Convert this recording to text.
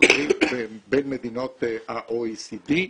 בין מדינות ה-OECD.